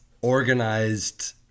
organized